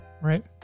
Right